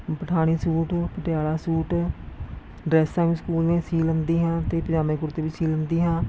Pathani suit Patiala suit ਡਰੈੱਸਾਂ ਵੀ school ਦੀਆਂ ਸੀ ਲੈਂਦੀ ਹਾਂ ਅਤੇ ਪਜਾਮੇ ਕੁੜਤੇ ਵੀ ਸੀ ਲੈਂਦੀ ਹਾਂ